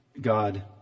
God